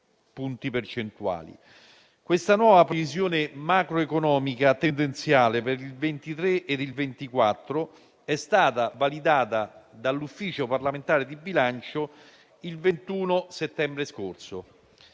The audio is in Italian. Questa nuova previsione macroeconomica tendenziale per il 2023 ed il 2024 è stata validata dall'Ufficio parlamentare di bilancio il 21 settembre scorso.